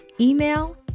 Email